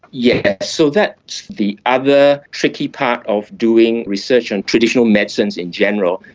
yes, so that's the other tricky part of doing research on traditional medicines in general,